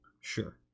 Sure